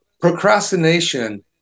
Procrastination